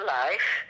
life